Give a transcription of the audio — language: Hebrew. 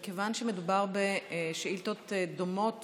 מכיוון שמדובר בשאילתות דומות